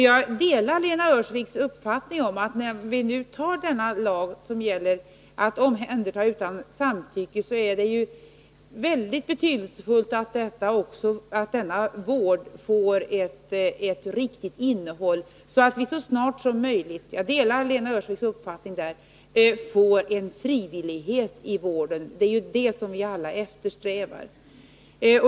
Jag delar Lena Öhrsviks uppfattning om att när vi antar denna lag om att omhänderta människor för vård utan samtycke, är det väldigt betydelsefullt att denna vård får ett riktigt innehåll, så att vi så snart som möjligt får en frivillighet i vården. Det är ju det som vi alla eftersträvar.